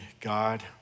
God